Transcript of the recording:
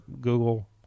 Google